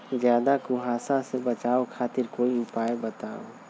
ज्यादा कुहासा से बचाव खातिर कोई उपाय बताऊ?